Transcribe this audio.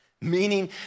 meaning